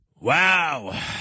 Wow